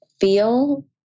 feel